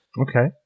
Okay